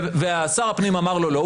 ושר הפנים אמר לו לא.